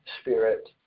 spirit